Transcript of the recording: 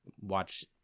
watch